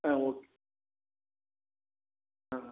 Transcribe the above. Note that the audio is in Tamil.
ஆ ஓகே ஆ